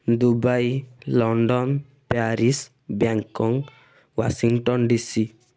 Dubai London Paris Bangkok Washington DC